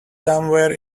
somewhere